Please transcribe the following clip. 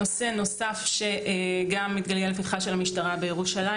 נושא נוסף שהתגלגל לפתחה של המשטרה בירושלים